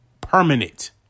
Permanent